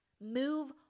Move